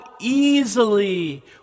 easily